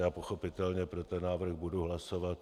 Já pochopitelně pro ten návrh budu hlasovat.